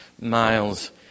miles